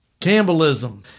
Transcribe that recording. Campbellism